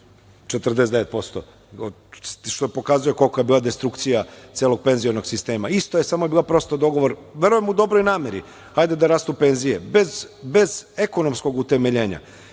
49%, što pokazuje kolika je bila destrukcija celog penzionog sistema. Isto je samo bila prosto dogovor, verujem u dobroj nameri, ajde da rastu penzije bez ekonomskog utemeljenja.